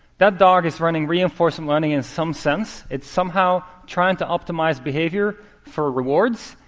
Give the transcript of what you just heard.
that dog is running reinforcement learning, in some sense. it's somehow trying to optimize behavior for rewards.